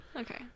Okay